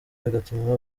bigatuma